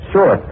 Sure